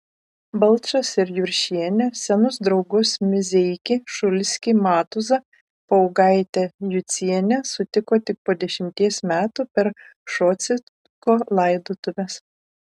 balčas ir juršienė senus draugus mizeikį šulskį matuzą paugaitę jucienę sutiko tik po dešimties metų per šociko laidotuves